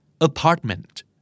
Apartment